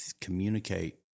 communicate